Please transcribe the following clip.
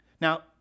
Now